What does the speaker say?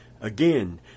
Again